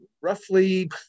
roughly